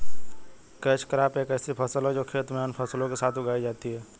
catch crop एक ऐसी फसल है जो खेत में अन्य फसलों के साथ उगाई जाती है